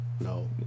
No